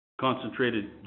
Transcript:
Concentrated